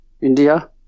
India